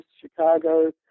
Chicago